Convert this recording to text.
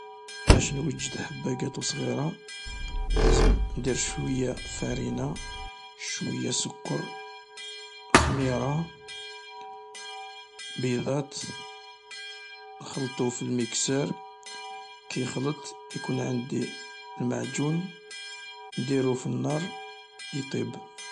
ندير شوية فارينة شوية سكر، خميرة، بيضات، نخلطو في الميكسور، كي يخلك يكون عندي معجون، نديرو في النار يطيب.